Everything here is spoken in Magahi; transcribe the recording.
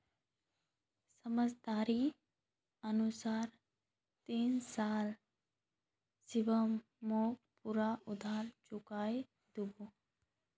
समझोतार अनुसार तीन साल शिवम मोक पूरा उधार चुकवा होबे